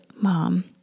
mom